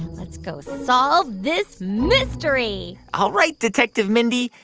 let's go solve this mystery all right, detective mindy,